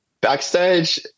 Backstage